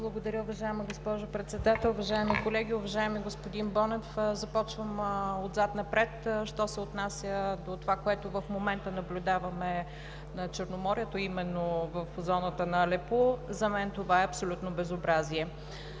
Благодаря, уважаема госпожо Председател. Уважаеми колеги! Уважаеми господин Бонев, започвам отзад напред. Що се отнася до това, което в момента наблюдаваме на Черноморието – именно в зоната на Алепу, за мен това е абсолютно безобразие.